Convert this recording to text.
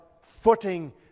footing